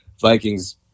Vikings